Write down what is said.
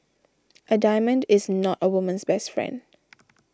a diamond is not a woman's best friend